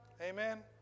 Amen